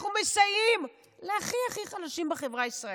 אנחנו מסייעים להכי הכי חלשים בחברה הישראלית.